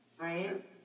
right